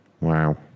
Wow